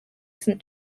saint